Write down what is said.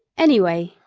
anyway,